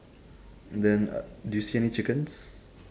and then uh do you see any chickens